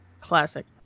Classic